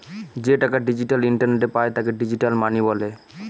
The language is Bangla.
যে টাকা ডিজিটাল ইন্টারনেটে পায় তাকে ডিজিটাল মানি বলে